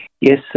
Yes